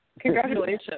Congratulations